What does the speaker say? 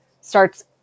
starts